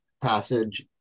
passage